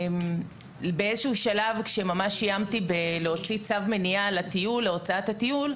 באיזשהו שלב כשממש איימתי בלהוציא צו מניעה להוצאת הטיול,